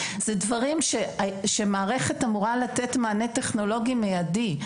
אלה דברים שמערכת אמורה לתת מענה טכנולוגי מיידי.